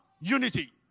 unity